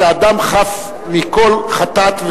שאדם חף מכל חטאת,